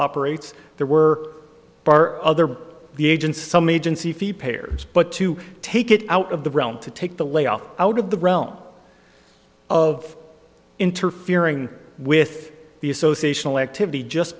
operates there were bar other the agency some agency fee payers but to take it out of the realm to take the layoff out of the realm of interfering with the association activity just